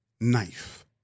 knife